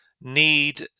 need